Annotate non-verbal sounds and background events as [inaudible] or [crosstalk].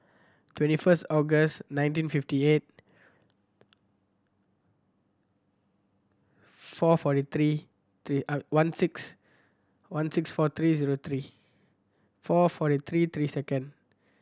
twenty first August nineteen fifty eight four forty three three [unintelligible] one six one six four three zero three four forty three three second